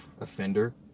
offender